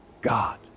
God